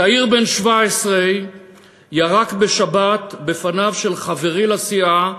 צעיר בן 17 ירק בשבת בפניו של חברי לסיעה,